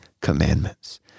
commandments